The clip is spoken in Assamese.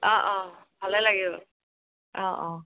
অঁ অঁ ভালে লাগিব অঁ অঁ